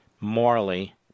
morally